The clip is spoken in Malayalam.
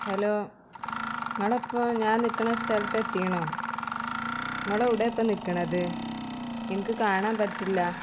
ഹലോ ഇങ്ങളെപ്പ ഞാൻ നിൽക്കണ സ്ഥലത്തെത്തിയാണോ നിങ്ങളെവിടാണ് ഇപ്പം നിൽക്കണത് എനിക്ക് കാണാമ്പറ്റില്ല